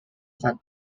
cut